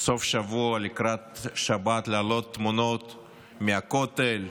סוף השבוע, לקראת שבת, להעלות תמונות מהכותל,